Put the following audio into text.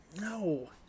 No